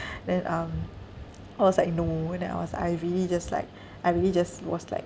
then um I was like no and then I was I really just like I really just was like